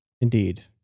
Indeed